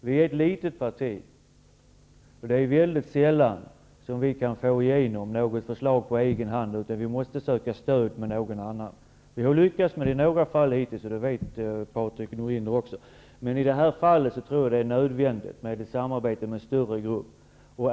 Herr talman! Vi är ett litet parti, och vi kan inte få igenom våra förslag på egen hand. Vi måste söka stöd hos andra partier. Vi har lyckats få sådant stöd i några fall, och det känner Patrik Norinder till. I det här fallet tror jag att det är nödvändigt med ett samarbete i en större grupp.